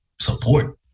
support